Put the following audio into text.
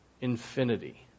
infinity